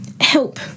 help